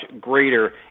greater